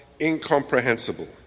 incomprehensible